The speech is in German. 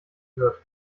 wird